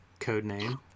Codename